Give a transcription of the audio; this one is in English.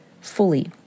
fully